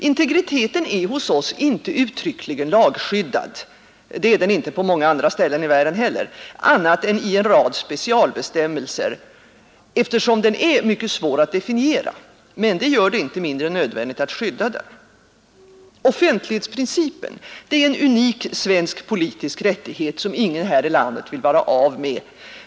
Integriteten är hos oss inte uttryckligen lagskyddad — det är den inte på många andra ställen i världen heller — annat än i en rad specialbestämmelser, eftersom den är mycket svår att definiera. Men det gör det inte mindre nödvändigt att skydda den. Offentlighetsprincipen är en unik svensk politisk rättighet som ingen här i landet vill vara av med.